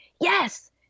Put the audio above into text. yes